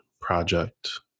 project